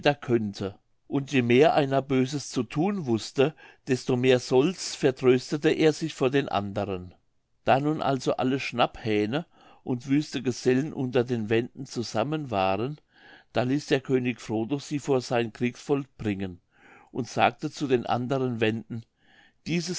könnte und je mehr einer böses zu thun wußte desto mehr solds vertröstete er sich vor den anderen da nun also alle schnapphähne und wüste gesellen unter den wenden zusammen waren da ließ der könig frotho sie vor sein kriegsvolk bringen und sagte zu den anderen wenden diese